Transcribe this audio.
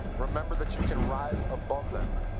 remember that you can rise above them.